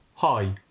Hi